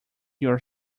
your